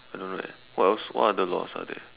I don't know eh what else what other laws are there